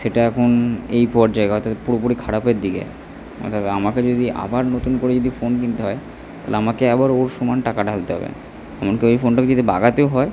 সেটা এখন এই পর্যায়ে অর্থাৎ পুরোপুরি খারাপের দিকে অর্থাৎ আমাকে যদি আবার নতুন করে যদি ফোন কিনতে হয় তাহলে আমাকে আবার ওর সমান টাকা ঢালতে হবে এমনকী ওই ফোনটাকে যদি বাগাতেও হয়